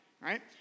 right